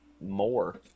more